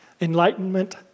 Enlightenment